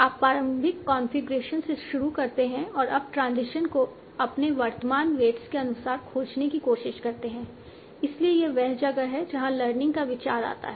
आप प्रारंभिक कॉन्फ़िगरेशन से शुरू करते हैं और अब ट्रांजिशन को अपने वर्तमान वेट्स के अनुसार खोजने की कोशिश करते हैं इसलिए यह वह जगह है जहाँ लर्निंग का विचार आता है